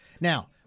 Now